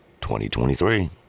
2023